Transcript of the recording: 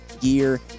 gear